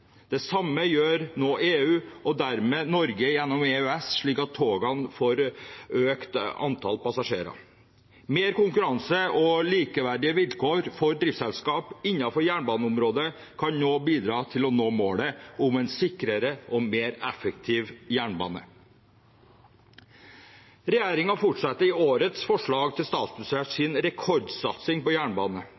Det samme gjør nå EU, og dermed Norge gjennom EØS, slik at togene får økt antallet passasjerer. Mer konkurranse og likeverdige vilkår for driftsselskaper innen jernbaneområdet kan nå bidra til å nå målet om en sikrere og mer effektiv jernbane. Regjeringen fortsetter i årets forslag til statsbudsjett sin rekordsatsing på jernbane.